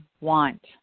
want